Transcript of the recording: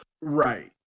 Right